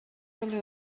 sobre